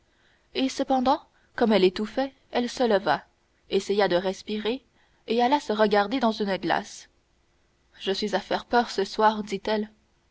et cependant comme elle étouffait elle se leva essaya de respirer et alla se regarder dans une glace je suis à faire peur ce soir dit-elle